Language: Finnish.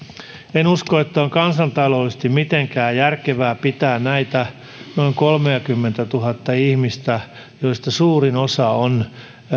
en usko että on kansantaloudellisesti mitenkään järkevää pitää näitä noin kolmeakymmentätuhatta ihmistä joista suurin osa on